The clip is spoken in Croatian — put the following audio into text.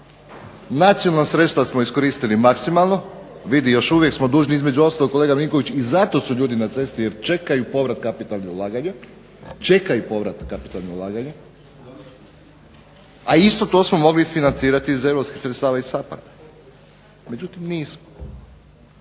Nacionalna sredstva smo iskoristili maksimalno. U biti još uvijek smo dužni, između ostalog kolega Milinković i zato su ljudi na cesti jer čekaju povrat kapitalnih ulaganja, a isto to smo mogli isfinancirati iz europskih sredstava iz SAPARD-a. Međutim nismo.